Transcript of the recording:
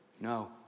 No